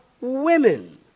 women